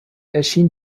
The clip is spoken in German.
erschien